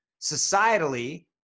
societally